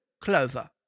Clover